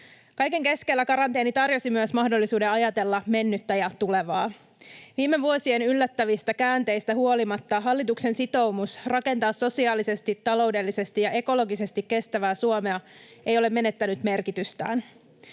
Kaiken keskellä karanteeni tarjosi myös mahdollisuuden ajatella mennyttä ja tulevaa. Viime vuosien yllättävistä käänteistä huolimatta hallituksen sitoumus rakentaa sosiaalisesti, taloudellisesti ja ekologisesti kestävää Suomea ei ole menettänyt merkitystään.